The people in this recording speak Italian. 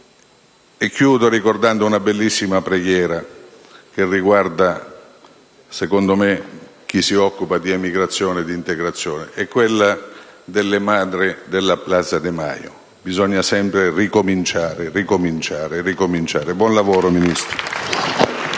Concludo ricordando una bellissima preghiera che a mio avviso riguarda chi si occupa di immigrazione e integrazione, quella delle madri della Plaza de Mayo: bisogna sempre ricominciare, ricominciare, ricominciare. Buon lavoro, signor